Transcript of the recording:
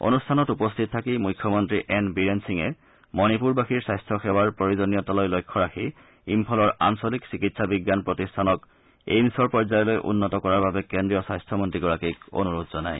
অনুষ্ঠানত উপস্থিত থাকি মুখ্যমন্ত্ৰী এন বীৰেন সিঙে মনিপুৰবাসীৰ স্বাস্থ্য সেৱাৰ প্ৰয়োজনীয়তালৈ লক্ষ্য ৰাখি ইম্ফলৰ আঞ্চলিক চিকিৎসা বিজ্ঞান প্ৰতিষ্ঠানক এইমছৰ পৰ্যায়লৈ উন্নত কৰাৰ বাবে কেন্দ্ৰীয় স্বাস্থ্যমন্ত্ৰীগৰাকীক অনুৰোধ জনায়